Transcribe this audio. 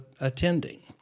attending